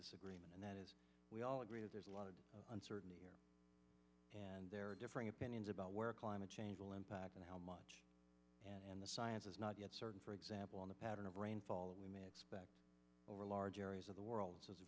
disagreement and that is we all agree that there's a lot of uncertainty here and there are differing opinions about where climate change will impact and how much and the science is not yet certain for example on the pattern of rainfall that we may expect over large areas of the world